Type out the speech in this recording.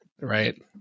right